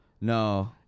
No